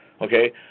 Okay